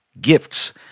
gifts